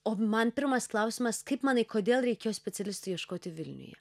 o man pirmas klausimas kaip manai kodėl reikėjo specialistų ieškoti vilniuje